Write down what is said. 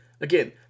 Again